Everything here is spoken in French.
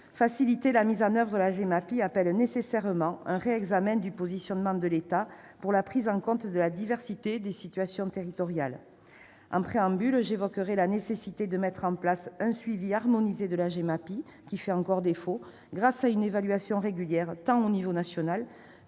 faciliter la mise en oeuvre de la Gemapi appelle nécessairement un réexamen du positionnement de l'État pour la prise en compte de la diversité des situations territoriales. En préambule, j'évoquerai la nécessité de mettre en place un suivi harmonisé de la Gemapi qui fait encore défaut, grâce à une évaluation régulière tant à l'échelon national